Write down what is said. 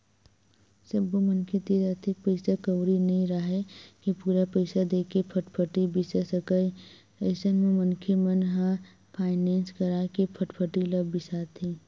सब्बो मनखे तीर अतेक पइसा कउड़ी नइ राहय के पूरा पइसा देके फटफटी बिसा सकय अइसन म मनखे मन ह फायनेंस करा के फटफटी ल बिसाथे